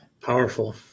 Powerful